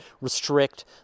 restrict